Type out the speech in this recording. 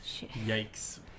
Yikes